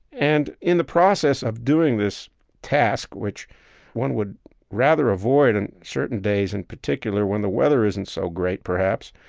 and in the process of doing this task, which one would rather avoid in certain days in particular when the weather isn't so great perhaps,